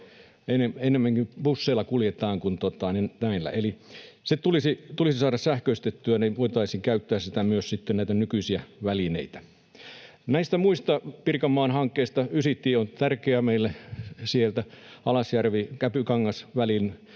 Pori—Haapamäki kuntoon!] Eli se tulisi saada sähköistettyä, niin voitaisiin käyttää sitten myös näitä nykyisiä välineitä. Näistä muista Pirkanmaan hankkeista: Ysitie on tärkeä meille. Sieltä Alasjärvi—Käpykangas-välin